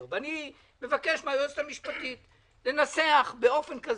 ואני מבקש מהיועצת המשפטית לנסח באופן כזה,